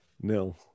nil